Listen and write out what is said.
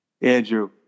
Andrew